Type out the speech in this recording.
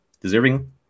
Deserving